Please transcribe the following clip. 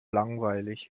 langweilig